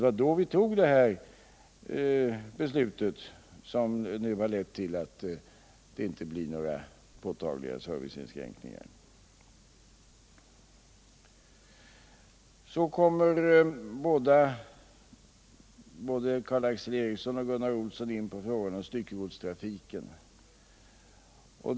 Det var då vi fattade det beslut som nu lett till att det inte blir några påtagliga serviceinskränkningar. Sedan kommer både Karl Erik Eriksson och Gunnar Olsson in på frågan om styckegodstrafiken.